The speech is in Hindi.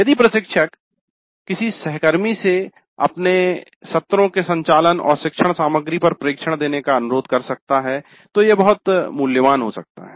यदि प्रशिक्षक किसी सहकर्मी से अपने सत्रों के संचालन और शिक्षण सामग्री पर प्रेक्षण देने का अनुरोध कर सकता है तो यह बहुत मूल्यवान हो सकता है